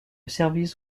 service